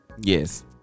Yes